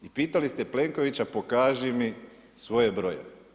Pitali ste Plenkovića, pokaži mi svoje brojeve.